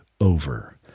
over